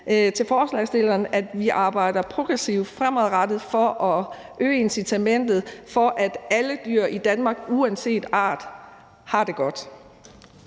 til forslagsstillerne om, at vi arbejder progressivt fremadrettet for at øge incitamentet til, at alle dyr i Danmark uanset art har det godt.